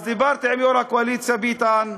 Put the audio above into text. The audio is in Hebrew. אז דיברתי עם יושב-ראש הקואליציה ביטן,